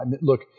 Look